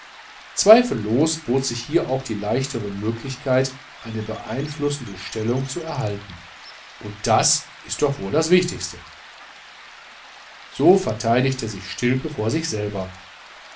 zweifellos bot sich hier auch die leichtere möglichkeit eine beeinflussende stellung zu erhalten und das ist doch wohl das wichtigste so verteidigte sich stilpe vor sich selber